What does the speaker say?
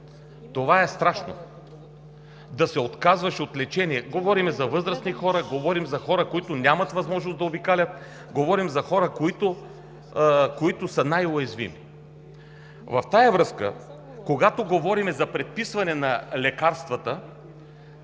Страшно е да се отказваш от лечение – говорим за възрастни хора, говорим за хора, които нямат възможност да обикалят, говорим за хора, които са най-уязвими. В тази връзка, когато говорим за предписване на лекарства